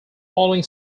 following